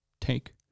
take